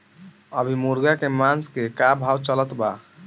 अभी मुर्गा के मांस के का भाव चलत बा?